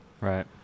Right